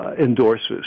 endorses